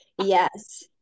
Yes